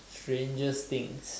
strangest thing